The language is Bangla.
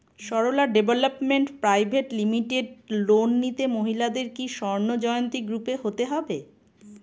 Sarala development private limited loan নিতে মহিলাদের কি স্বর্ণ জয়ন্তী গ্রুপে হতে হবে?